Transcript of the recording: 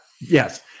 Yes